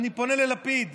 אני פונה ללפיד,